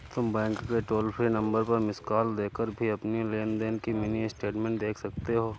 तुम बैंक के toll free number पर मिस्ड कॉल देकर भी अपनी लेन देन की मिनी स्टेटमेंट देख सकती हो